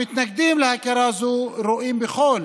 המתנגדים להכרה זו רואים בכל